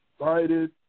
excited